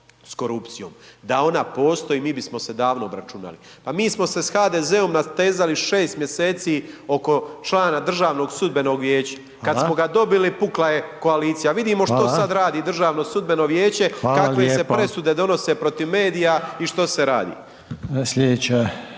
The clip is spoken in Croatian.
Da ona postoji, mi bismo se davno obračunali. Pa mi smo se sa HDZ-om natezali 6 mj. oko člana DSV-a. Kad smo ga dobili, pukla je koalicija a vidimo što sad radi DSV, kakve se presude donose protiv medija i što se radi.